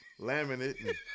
laminate